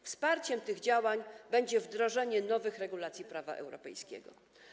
Wsparciem tych działań będzie wdrożenie nowych regulacji prawa europejskiego.